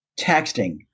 texting